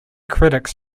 critics